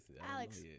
Alex